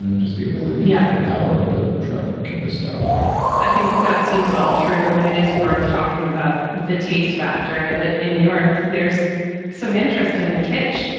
and just the ability. yeah, the power. trump can bestow i think that seems all true. and it is worth talking about the taste factor that in new york there's some interest in the kitsch.